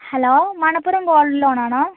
hello Manappuram gold loan ആണോ